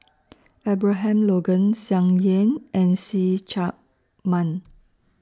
Abraham Logan Tsung Yeh and See Chak Mun